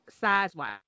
size-wise